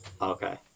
Okay